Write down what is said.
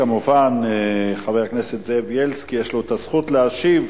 כמובן, חבר הכנסת זאב בילסקי, יש לו הזכות להשיב